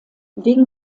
wegen